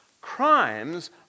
crimes